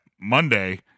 Monday